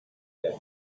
death